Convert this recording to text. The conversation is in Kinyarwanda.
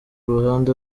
ruhande